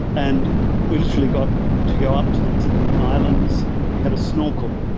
and we literally got to go up to the to the islands, we had a snorkel,